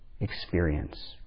experience